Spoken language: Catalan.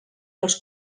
els